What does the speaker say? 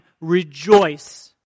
rejoice